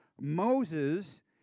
Moses